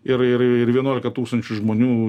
ir ir ir vienuolika tūkstančių žmonių